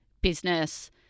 business